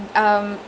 ya